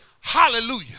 hallelujah